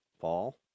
Paul